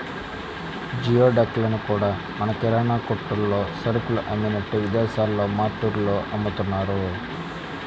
geoduck లను కూడా మన కిరాణా కొట్టుల్లో సరుకులు అమ్మినట్టే విదేశాల్లో మార్టుల్లో అమ్ముతున్నారు